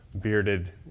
bearded